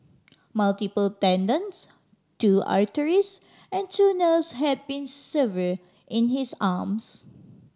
multiple tendons two arteries and two nerves had been severed in his arms